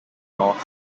north